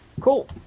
Cool